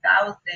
thousand